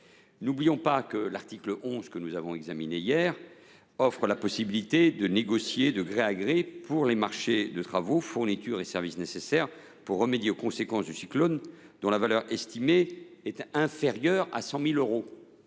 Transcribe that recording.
N’oublions pas que l’article 11, que nous avons examiné hier, a offert la possibilité de négocier de gré à gré dans le cadre des marchés de travaux, de fournitures et de services nécessaires pour remédier aux conséquences du cyclone, si la valeur estimée est inférieure à 100 000 euros.